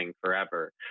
forever